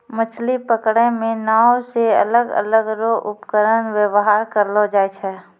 मछली पकड़ै मे नांव से अलग अलग रो उपकरण वेवहार करलो जाय छै